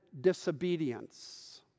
disobedience